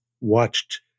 watched